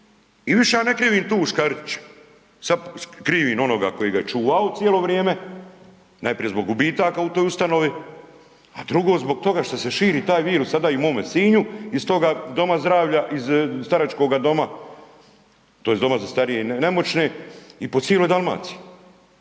I više ja ne krivim tu …/nerazumljivo/… sad krivim onoga koji ga je čuvao cijelo vrijeme, najprije zbog gubitaka u toj ustanovi, a drugo zbog toga što se širi taj virus i sada u mome Sinju iz toga doma zdravlja, iz staračkoga doma tj. doma za starije i nemoćne i po cijeloj Dalmaciji.